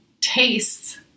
tastes